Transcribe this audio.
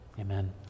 amen